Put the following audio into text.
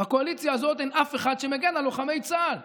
בקואליציה הזאת אין אף אחד שמגן על לוחמי צה"ל.